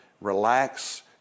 relax